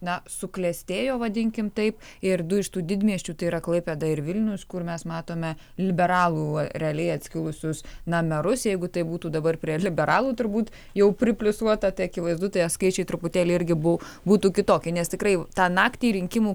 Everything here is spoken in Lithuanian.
na suklestėjo vadinkim taip ir du iš tų didmiesčių tai yra klaipėda ir vilnius iš kur mes matome liberalų realiai atskilusius na merus jeigu taip būtų dabar prie liberalų turbūt jau pripliusuota tai akivaizdu tie skaičiai truputėlį irgi buvo būtų kitokie nes tikrai tą naktį rinkimų